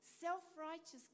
Self-righteous